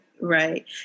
right